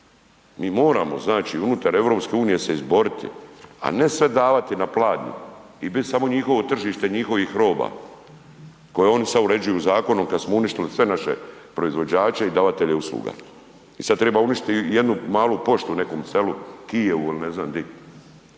Mi moramo, znači unutar EU se izboriti, a ne sve davati na pladnju i bit samo njihovo tržište njihovih roba koje oni sad uređuju zakonom kad smo uništili sve naše proizvođače i davatelje usluga i sad treba uništiti jednu malu poštu u nekom selu, Kijevu ili ne znam di